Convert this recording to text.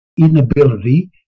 inability